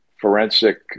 forensic